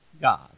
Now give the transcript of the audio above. God